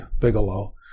Bigelow